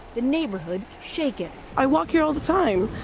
the neighborhood shaken. i walk here all the time,